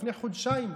לפני חודשיים,